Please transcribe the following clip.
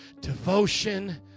devotion